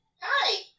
Hi